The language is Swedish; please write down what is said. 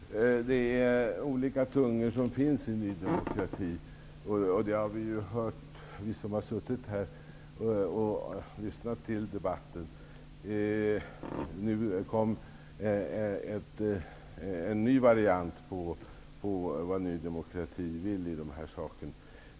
Herr talman! Det är olika tungor inom Ny demokrati. Det har vi som har suttit och lyssnat på debatten kunnat höra. Nu kom en ny variant på vad Ny demokrati vill i den här saken.